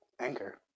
Anchor